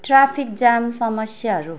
traffic jam समस्याहरू